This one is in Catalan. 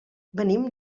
venim